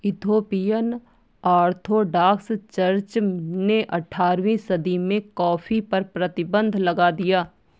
Ethiopian orthodox church ने अठारहवीं सदी में कॉफ़ी पर प्रतिबन्ध लगा दिया